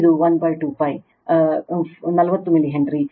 ಇದು 12π 40 milli henry